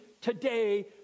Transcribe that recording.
today